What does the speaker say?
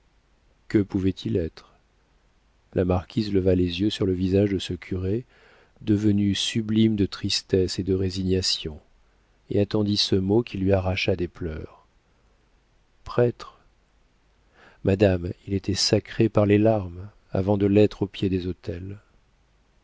que pouvait-il être la marquise leva les yeux sur le visage de ce curé devenu sublime de tristesse et de résignation et attendit ce mot qui lui arracha des pleurs prêtre madame il était sacré par les larmes avant de l'être au pied des autels